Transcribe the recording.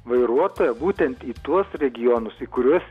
vairuotoją būtent į tuos regionus į kuriuos